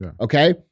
okay